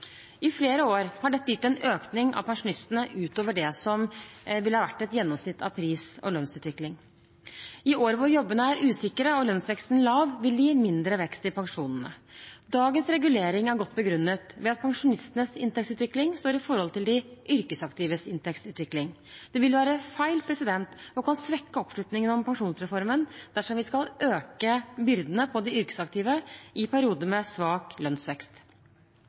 I flere år har dette gitt en økning av pensjonene utover det som ville vært et gjennomsnitt av pris- og lønnsutviklingen. I år da jobbene er usikre og lønnsveksten lav, vil det gi en mindre vekst i pensjonene. Dagens regulering er godt begrunnet, ved at pensjonistenes inntektsutvikling står i forhold til de yrkesaktives inntektsutvikling. Det vil være feil og kan svekke oppslutningen om pensjonsreformen dersom vi skal øke byrdene på de yrkesaktive i perioder med svak lønnsvekst.